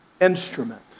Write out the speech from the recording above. instrument